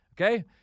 okay